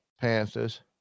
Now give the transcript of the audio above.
Panthers